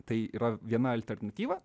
tai yra viena alternatyva